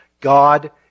God